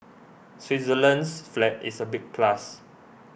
Switzerland's flag is a big plus